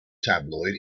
tabloid